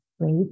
great